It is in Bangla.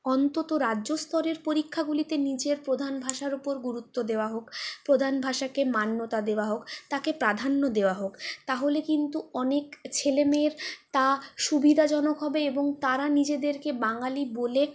অন্তত রাজ্যস্তরের পরীক্ষাগুলিতে নিজের প্রধান ভাষার উপর গুরুত্ব দেওয়া হোক প্রধান ভাষাকে মান্যতা দেওয়া হোক তাকে প্রাধান্য দেওয়া হোক তাহলে কিন্তু অনেক ছেলেমেয়ের তা সুবিধাজনক হবে এবং তারা নিজেদেরকে বাঙালি বলে